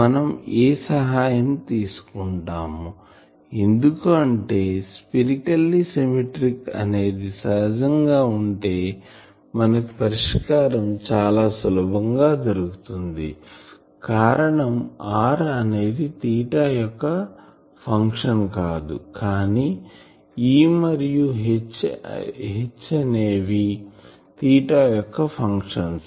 మనం A సహాయం తీసుకుందాం ఎందుకు అంటే స్పెరికెల్లి సిమెట్రిక్ అనేది సహజం గా ఉంటే మనకు పరిష్కారం చాలా సులభం గా దొరుకుతుంది కారణం r అనేది తీటా పై యొక్క ఫంక్షన్ కాదుకానీ E మరియు H అనేవి తీటా యొక్క ఫంక్షన్స్